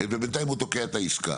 ובינתיים הוא תוקע את העסקה.